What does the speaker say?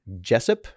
Jessup